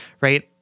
Right